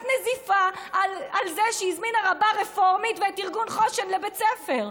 נזיפה על זה שהיא הזמינה רבה רפורמית ואת ארגון חושן לבית הספר,